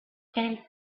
fell